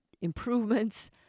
improvements